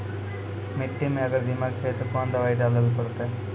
मिट्टी मे अगर दीमक छै ते कोंन दवाई डाले ले परतय?